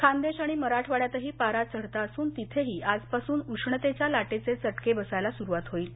खानदेश आणि मराठवाड्यातही पारा चढता असून तिथेही आजपासून उष्णतेच्या लाटेचे चटके बसायला सुरूवात होईल